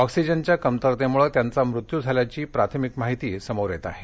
ऑक्सिजनच्या कमतरतेमुळे त्यांचा मृत्यू झाल्याची प्राथमिक माहिती समोर येत आहे